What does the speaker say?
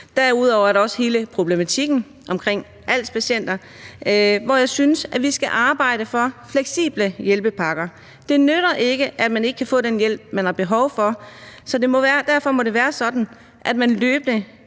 Derudover er der også hele problematikken om ALS-patienter, hvor jeg synes vi skal arbejde for fleksible hjælpepakker. Det nytter ikke, at man ikke kan få den hjælp, man har behov for, så derfor må det være sådan, at man løbende